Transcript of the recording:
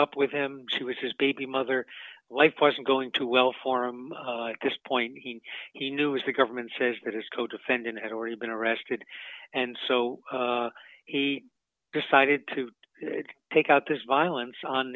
up with him she was his baby mother life wasn't going to well for him at this point he knew if the government says that his codefendant had already been arrested and so he decided to take out this violence on